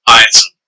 item